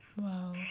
wow